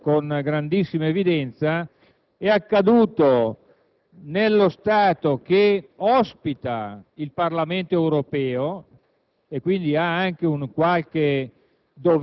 idee. Come i giornali hanno riportato con grandissima evidenza, è accaduto un fatto grave nello Stato che ospita il Parlamento europeo